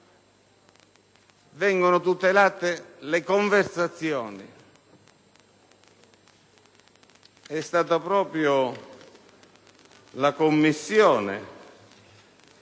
vengono tutelate le conversazioni. È stato proprio il Comitato